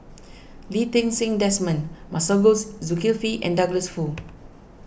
Lee Ti Seng Desmond Masagos Zulkifli and Douglas Foo